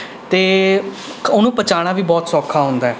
ਅਤੇ ਉਹਨੂੰ ਪਚਾਉਣਾ ਵੀ ਬਹੁਤ ਸੌਖਾ ਹੁੰਦਾ ਹੈ